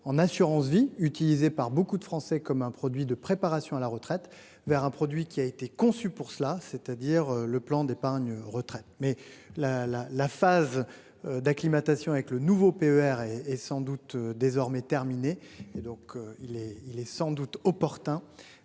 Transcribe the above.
en assurance-vie utilisé par beaucoup de Français comme un produit de préparation à la retraite vers un produit qui a été conçu pour cela, c'est-à-dire le plan d'épargne retraite mais la la la phase d'acclimatation avec le nouveau PER et est sans doute désormais. Et donc il est, il est sans doute opportun.